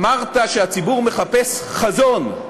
אמרת שהציבור מחפש חזון,